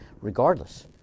regardless